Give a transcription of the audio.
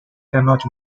cannot